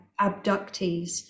abductees